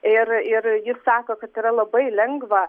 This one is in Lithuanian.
ir ir jis sako kad yra labai lengva